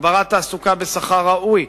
הגברת תעסוקה בשכר ראוי,